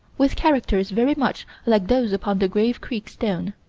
with characters very much like those upon the grave creek stone